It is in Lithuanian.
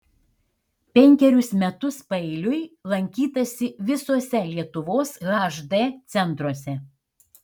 penkerius metus paeiliui lankytasi visuose lietuvos hd centruose